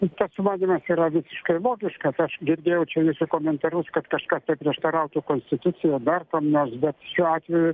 tas sumanymas yra visiškai logiškas aš girdėjau čia jūsų komentarus kad kažkas tai prieštarautų konstitucijai ar dar kam nors bet šiuo atveju